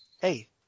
Hey